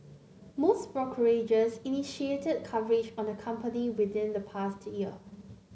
most brokerages initiated coverage on the company within the past year